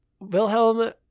Wilhelm